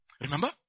Remember